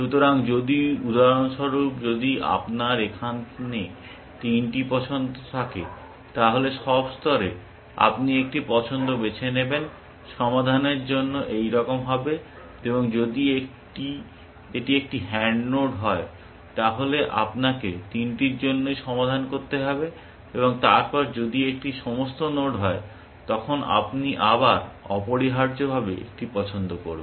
সুতরাং যদি উদাহরণস্বরূপ যদি আপনার এখানে তিনটি পছন্দ থাকে তাহলে সব স্তরে আপনি একটি পছন্দ বেছে নেবেন সমাধানের জন্য এইরকম হবে এবং যদি এটি একটি হ্যান্ড নোড হয় তাহলে আপনাকে তিনটির জন্যই সমাধান করতে হবে এবং তারপর যদি এটি একটি সমস্ত নোড হয় তখন আপনি আবার অপরিহার্যভাবে একটি পছন্দ করবেন